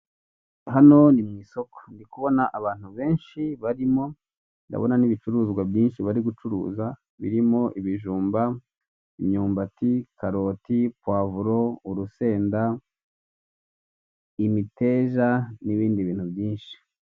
Hano ni mu isoko ndi kubona abantu benshi barimo, ndabona n'ibicuruzwa byinshi bari gucuruza birimo, ibijumba, imyumbati, karoti, puwavuro, urusenda, imiteja n'ibindi bintu byinshi.